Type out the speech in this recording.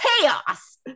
chaos